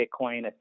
Bitcoin